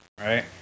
right